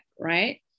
right